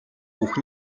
бүх